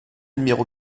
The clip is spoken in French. numéro